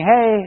Hey